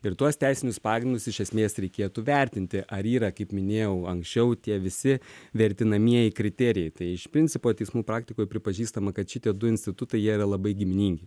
ir tuos teisinius pagrindus iš esmės reikėtų vertinti ar yra kaip minėjau anksčiau tie visi vertinamieji kriterijai tai iš principo teismų praktikoj pripažįstama kad šitie du institutai jie yra labai giminingi